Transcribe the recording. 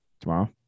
tomorrow